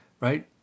right